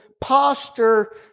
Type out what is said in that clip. posture